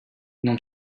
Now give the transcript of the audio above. non